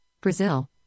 Brazil